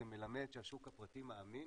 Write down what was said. זה מלמד שהשוק הפרטי מאמין